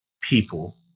people